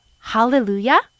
Hallelujah